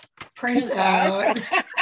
printout